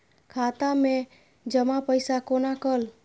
खाता मैं जमा पैसा कोना कल